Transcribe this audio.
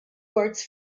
words